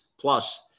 plus